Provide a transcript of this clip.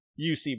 UC